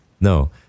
no